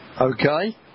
Okay